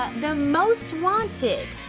ah the most wanted.